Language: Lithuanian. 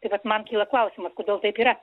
tai vat man kyla klausimas kodėl taip yra